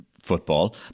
football